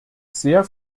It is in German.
sehr